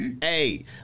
Hey